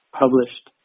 published